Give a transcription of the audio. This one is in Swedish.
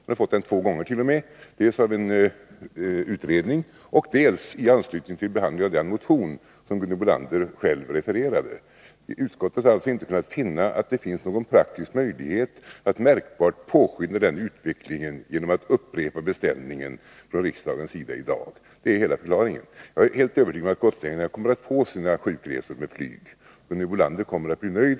Den har fått beställningen två gånger t.o.m. — dels av en utredning, dels i anslutning till behandlingen av den motion som Gunhild Bolander själv refererade. Utskottet har alltså inte kunnat finna att det föreligger någon praktisk möjlighet att märkbart påskynda den utvecklingen genom att upprepa beställningen från riksdagens sida i dag. Det är hela förklaringen. Jag är helt övertygad om att gotlänningarna kommer att få sina sjukresor med flyg. Gunhild Bolander kommer att bli nöjd.